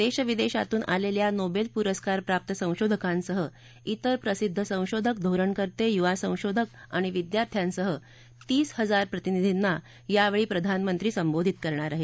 देशविदेशातून आलेल्या नोबेल प्रस्कारप्राप्त संशोधकांसह इतर प्रसिद्ध संशोधक धोरणकर्ते यूवा संशोधक आणि विद्यार्थ्यांसह तीस हजार प्रतिनिधींना यावेळी प्रधानमंत्री संबोधित करणार आहेत